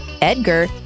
Edgar